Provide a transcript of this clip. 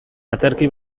aterki